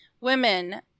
women